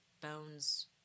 bones